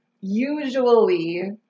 usually